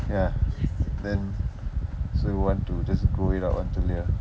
ya then so want to just grow it out until here